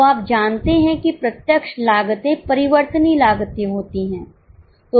तो आप जानते हैं कि प्रत्यक्ष लागते परिवर्तनीय लागते होती हैं